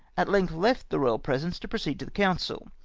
at length left the royal presence to proceed to the council.